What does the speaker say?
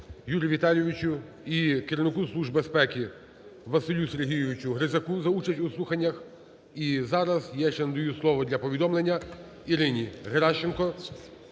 Юрію Віталійовичу і керівнику Служби безпеки Василю Сергійовичу Грицаку за участь у слуханнях. І зараз я ще надаю слово для повідомлення Ірині Геращенко